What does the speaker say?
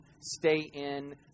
stay-in